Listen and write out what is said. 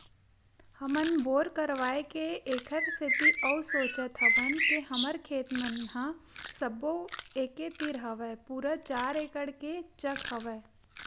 हमन बोर करवाय के ऐखर सेती अउ सोचत हवन के हमर खेत मन ह सब्बो एके तीर हवय पूरा चार एकड़ के चक हवय